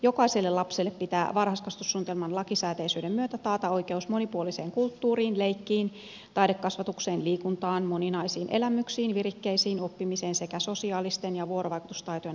jokaiselle lapselle pitää varhaiskasvatussuunnitelman lakisääteisyyden myötä taata oikeus monipuoliseen kulttuuriin leikkiin taidekasvatukseen liikuntaan moninaisiin elämyksiin virikkeisiin oppimiseen sekä sosiaalisten taitojen ja vuorovaikutustaitojen harjoitteluun